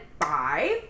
five